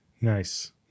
Nice